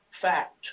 fact